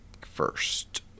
first